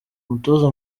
umutoza